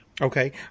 Okay